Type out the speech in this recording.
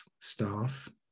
staff